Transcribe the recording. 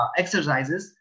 exercises